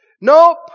Nope